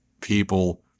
people